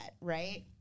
right